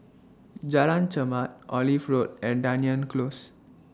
Jalan Chermat Olive Road and Dunearn Close